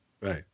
Right